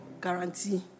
guarantee